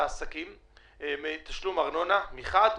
העסקים מתשלום ארנונה של שלושה חודשים מחד,